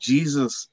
Jesus